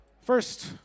First